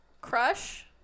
crush